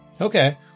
okay